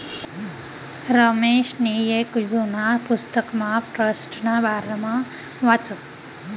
रमेशनी येक जुना पुस्तकमा ट्रस्टना बारामा वाचं